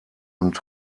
und